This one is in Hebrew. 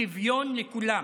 שוויון לכולם,